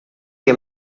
que